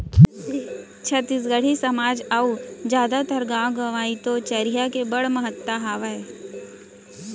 छत्तीसगढ़ी समाज म अउ जादातर गॉंव गँवई तो चरिहा के बड़ महत्ता हावय